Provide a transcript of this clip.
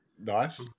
Nice